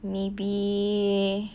maybe